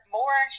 more